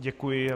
Děkuji.